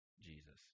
Jesus